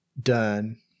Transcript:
done